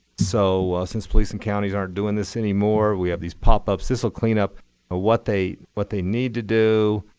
so since police and counties aren't doing this anymore, we have these pop-ups. this'll clean up ah what they what they need to do